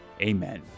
amen